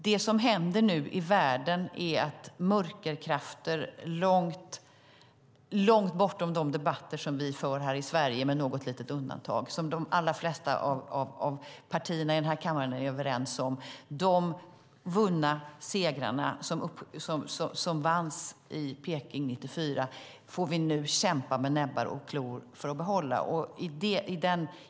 Det som händer nu i världen är att det finns mörkerkrafter långt bortom de debatter som vi för här i Sverige och bortom det som de flesta av partierna i denna kammare, med något litet undantag, är överens om. De segrar som vanns i Peking 1994 får vi nu kämpa med näbbar och klor för att behålla.